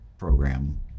program